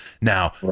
Now